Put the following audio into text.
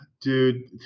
Dude